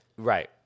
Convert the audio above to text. Right